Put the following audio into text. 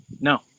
No